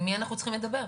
עם מי אנחנו צריכים לדבר?